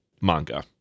manga